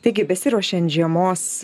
taigi besiruošiant žiemos